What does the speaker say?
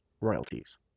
royalties